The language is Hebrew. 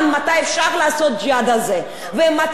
ומצאתם כנסת שהיתה הכי מתאימה,